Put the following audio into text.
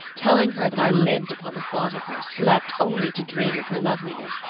telling her that i lived upon the thought of her, slept only to dream of her loveliness,